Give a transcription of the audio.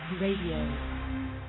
Radio